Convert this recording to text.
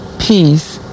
peace